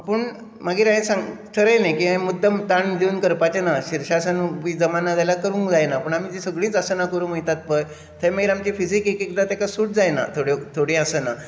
पूण मागीर हांयें सामकें ठरयलें की हांयें मुद्दम ताण दिवन करपाचें ना शिर्शासन बी जमाना जाल्यार करूंक जायना पूण आमी तीं सगळींच आसनां करूंक वयतात पय थंय मागीर आमची फिझीक एक एकदां तेका सूट जायना थोड्यो थोडीं आसनां